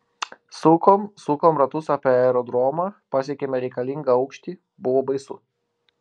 sukom sukom ratus apie aerodromą pasiekėme reikalingą aukštį buvo baisu